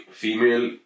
female